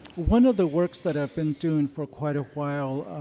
one of the works that i've been doing for quite a while,